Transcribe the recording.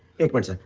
it was ah